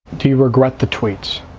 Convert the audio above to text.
do you regret the tweets?